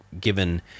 given